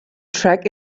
track